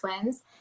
twins